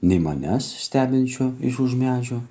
nei manęs stebinčio iš už medžio